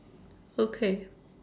okay